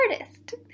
artist